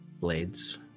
blades